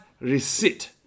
receipt